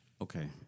Okay